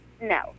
No